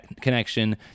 connection